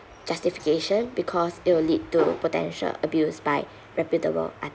justification because it will lead to potential abuse by reputable